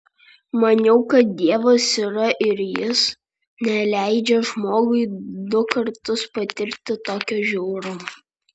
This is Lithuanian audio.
maniau kad dievas yra ir jis neleidžia žmogui du kartus patirti tokio žiaurumo